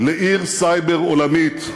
לעיר סייבר עולמית.